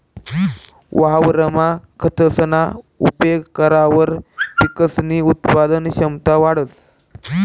वावरमा खतसना उपेग करावर पिकसनी उत्पादन क्षमता वाढंस